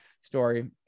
story